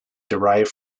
derived